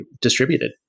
distributed